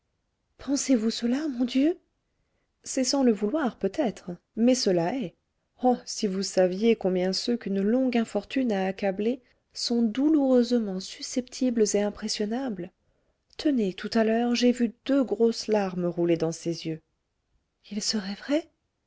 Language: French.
pensez-vous cela mon dieu c'est sans le vouloir peut-être mais cela est oh si vous saviez combien ceux qu'une longue infortune a accablés sont douloureusement susceptibles et impressionnables tenez tout à l'heure j'ai vu deux grosses larmes rouler dans ses yeux il serait vrai